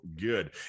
good